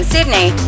Sydney